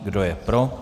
Kdo je pro?